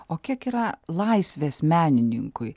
o kiek yra laisvės menininkui